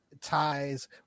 ties